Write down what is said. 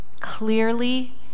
clearly